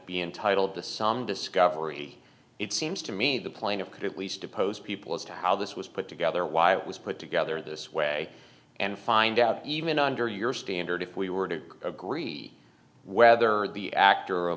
be entitled to some discovery it seems to me the playing of could at least depose people as to how this was put together why it was put together this way and find out even under your standard if we were to agree whether the actor o